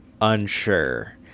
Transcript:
unsure